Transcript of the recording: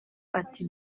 ati